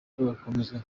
rugakomeza